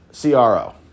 CRO